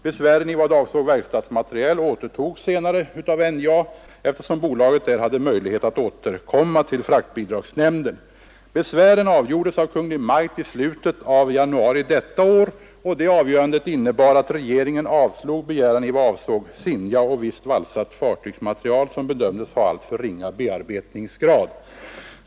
Besvären i vad avsåg verkstadsmaterial återtogs dock senare av NJA, eftersom bolaget där hade möjlighet att återkomma till fraktbidragsnämnden. Besvären avgjordes av Kungl. Maj:t i slutet av januari detta år. Avgörandet innebar att regeringen avslog besvären i vad de avsåg Zinnja och visst valsat fartygsmaterial, som bedömdes ha alltför ringa bearbetningsgrad.